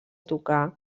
tocar